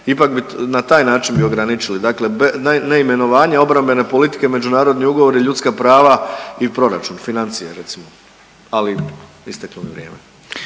ipak bi na taj način bi ograničili. Dakle, neimenovanje, obrambene politike, međunarodni ugovori, ljudska prava i proračun, financije recimo. Ali isteklo je vrijeme.